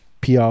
pr